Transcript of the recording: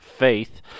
Faith